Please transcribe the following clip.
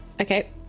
Okay